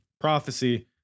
Prophecy